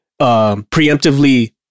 preemptively